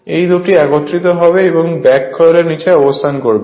এই দুটি একত্রিত হবে এবং ব্যাক কয়েলের নীচে অবস্থান করবে